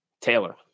Taylor